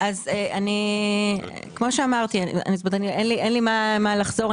אז כמו שאמרתי, אין לי מה לחזור.